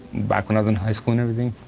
back when i was in high school and everything.